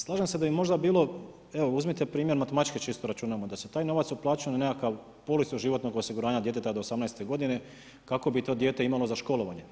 Slažem se da bi možda bilo, evo uzmite primjer matematički čisto računamo, da se taj novac uplaćuje na nekakav, policu životnog osiguranja djeteta do 18. godine, kako bi to dijete imalo za školovanje.